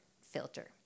filter